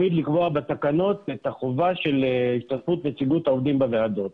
לקבוע בתקנות את החובה של הצטרפות נציגות העובדים בוועדות.